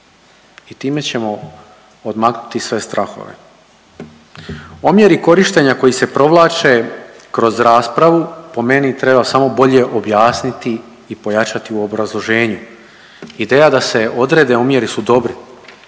i time ćemo odmaknuti sve strahove. Omjeri korištenja koji se provlače kroz raspravu po meni treba samo bolje objasniti i pojačati u obrazloženju. Ideja da se odrede omjeri su dobri,